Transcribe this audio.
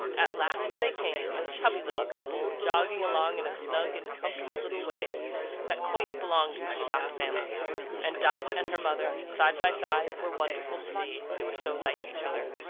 at last they came a chubby little couple, jogging along in a snug and comfortable little way that quite belonged to the dot family and dot and her mother, side by side, were wonderful to see. they were so like each other.